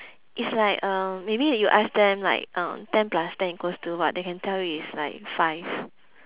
it's like uh maybe when you ask them like uh ten plus ten equals to what they can tell you is like five